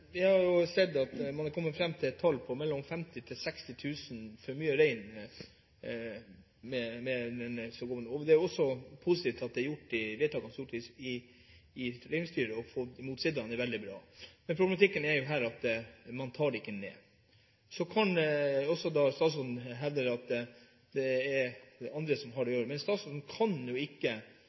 har sett at man har kommet fram til et tall på mellom 50 000 og 60 000 rein for mye. Det er også positivt med de vedtakene som er gjort i reindriftsstyret mot sidaene – det er veldig bra – men problematikken er jo her at man ikke tar reintallet ned. Statsråden hevder også at det er andre som har med det å gjøre, men statsråden kan jo ikke